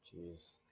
Jeez